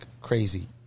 crazy